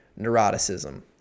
neuroticism